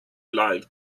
live